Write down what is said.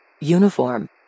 Uniform